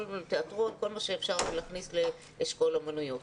תיאטרון וכל מה שאפשר להכניס לאשכול האומנויות.